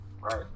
right